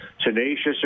tenacious